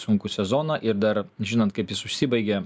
sunkų sezoną ir dar žinant kaip jis užsibaigė